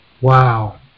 wow